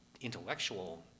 intellectual